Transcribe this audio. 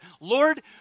Lord